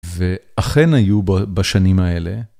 ואכן היו בשנים האלה.